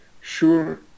sure